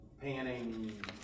panning